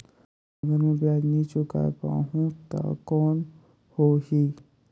अगर मै ब्याज नी चुकाय पाहुं ता कौन हो ही?